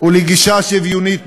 ולגישה שוויונית בעבודתו.